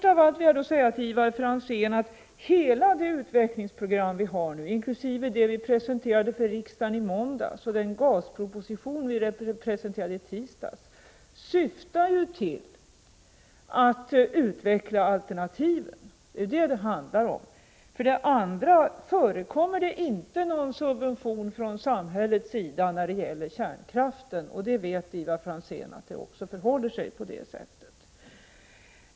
Jag vill säga till Ivar Franzén att hela det utvecklingsprogram vi har nu, inkl. det vi presenterade för riksdagen i måndags och den gasproposition vi lade fram i tisdags, syftar till att utveckla alternativen. Det är ju vad det handlar om. Vidare förekommer det inga subventioner från samhällets sida när det gäller kärnkraften. Ivar Franzén vet att det förhåller sig på det viset.